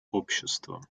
обществам